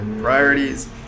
priorities